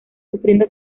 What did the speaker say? sufriendo